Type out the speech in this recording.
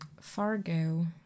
Fargo